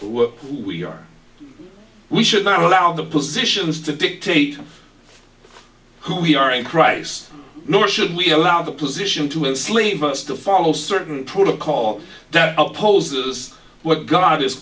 work we are we should not allow the positions to dictate who we are in christ nor should we allow the position to enslave us to follow certain protocol that opposes what god is